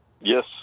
Yes